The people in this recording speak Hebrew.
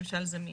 ממשל זמין.